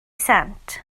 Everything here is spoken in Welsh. sant